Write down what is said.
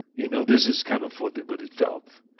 you know this is kind of what it but it felt.